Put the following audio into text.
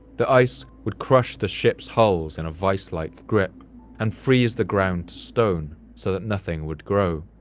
the ice would crush the ship's hulls in a vice-like grip and freeze the ground to stone so that nothing would grow.